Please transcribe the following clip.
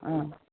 অঁ